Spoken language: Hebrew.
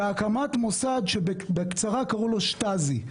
להקמת מוסד שבקצרה קראו לו שטאזי.